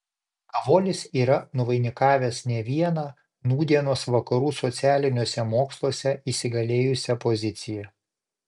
kavolis yra nuvainikavęs ne vieną nūdienos vakarų socialiniuose moksluose įsigalėjusią poziciją